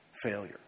Failure